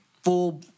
full